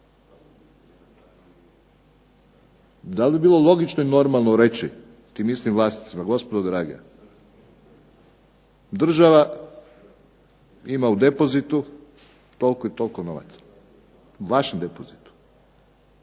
Da li bi bilo logično i normalno reći tim istim vlasnicima, gospodo draga država ima u depozitu toliko i toliko novaca, vašem depozitu.